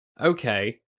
okay